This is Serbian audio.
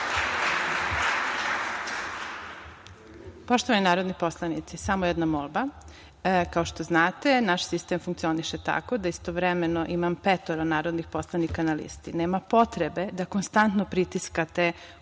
Poštovani narodni poslanici, samo jedna molba, kao što znate naš sistem funkcioniše tako da istovremeno imam petoro narodnih poslanika na listi. Nema potrebe da konstantno pritiskate ovo